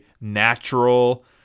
natural